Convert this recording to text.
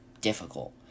difficult